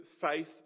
faith